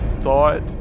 thought